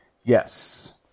Yes